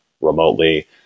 remotely